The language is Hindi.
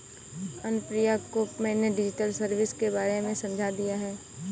अनुप्रिया को मैंने डिजिटल सर्विस के बारे में समझा दिया है